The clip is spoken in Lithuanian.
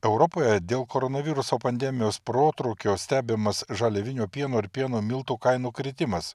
europoje dėl koronaviruso pandemijos protrūkio stebimas žaliavinio pieno ir pieno miltų kainų kritimas